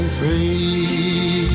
free